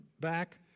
back